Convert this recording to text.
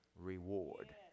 reward